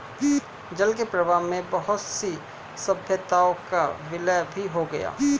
जल के प्रवाह में बहुत सी सभ्यताओं का विलय भी हो गया